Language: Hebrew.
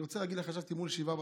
ואני רוצה להגיד לך, ישבתי מול שבעת